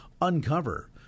uncover